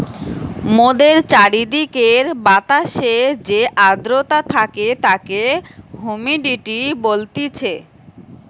মোদের চারিদিকের বাতাসে যে আদ্রতা থাকে তাকে হুমিডিটি বলতিছে